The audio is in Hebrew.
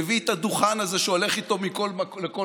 מביא את הדוכן הזה שהוא הולך איתו לכל מקום,